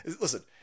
Listen